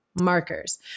markers